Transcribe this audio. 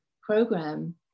program